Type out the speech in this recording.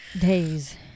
Days